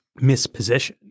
mispositioned